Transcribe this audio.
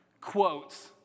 quotes